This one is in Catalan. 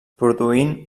produint